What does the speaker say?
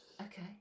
Okay